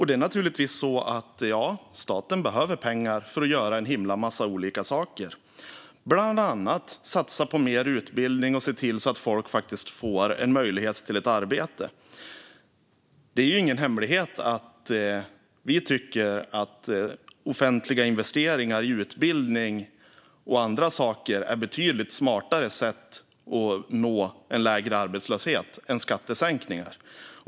Det är naturligtvis så att staten behöver pengar för att göra en himla massa olika saker, bland annat satsa på mer utbildning och se till att folk faktiskt får en möjlighet till ett arbete. Det är ingen hemlighet att vi tycker att offentliga investeringar i utbildning och andra saker är betydligt smartare sätt att nå en lägre arbetslöshet än skattesänkningar.